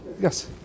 Yes